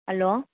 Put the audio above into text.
hello